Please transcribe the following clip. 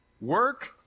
work